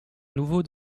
nouveau